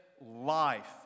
life